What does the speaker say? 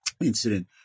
incident